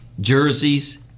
jerseys